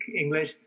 English